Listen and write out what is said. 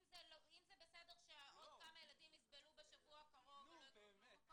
אם זה בסדר שעוד כמה ילדים יסבלו בשבוע הקרוב --- נו באמת,